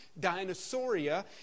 Dinosauria